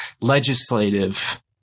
legislative